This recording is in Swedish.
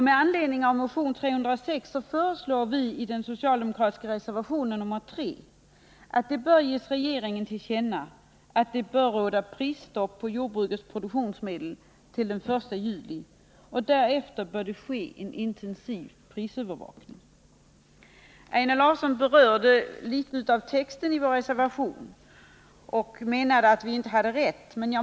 Med anledning av motion 306 föreslår vi i vår reservation 3 att regeringen ges till känna att det bör råda prisstopp på jordbrukets produktionsmedel till den 1 juli och att det därefter bör ske en intensiv prisövervakning. Einar Larsson berörde något vår reservation och menade att vi inte har rätt.